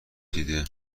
دیده